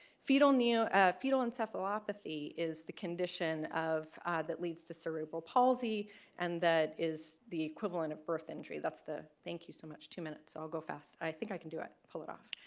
fetal new fetal encephalopathy is the condition of that leads to cerebral palsy and that is the equivalent of birth injury, that's the. thank you so much, two minutes, i'll go fast i think i can do it, pull it off.